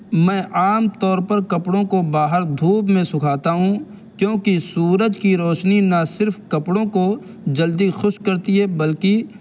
میں عام طور پر کپڑوں کو باہر دھوپ میں سکھاتا ہوں کیوںکہ سورج کی روشنی نہ صرف کپڑوں کو جلدی خشک کرتی ہے بلکہ